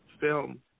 film